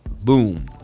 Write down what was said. Boom